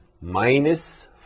minus